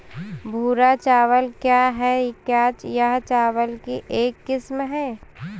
भूरा चावल क्या है? क्या यह चावल की एक किस्म है?